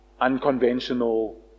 unconventional